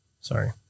Sorry